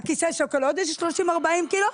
הכיסא שוקל עוד איזה 30 40 קילו.